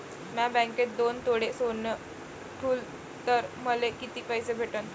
म्या बँकेत दोन तोळे सोनं ठुलं तर मले किती पैसे भेटन